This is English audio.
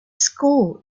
school